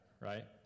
right